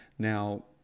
now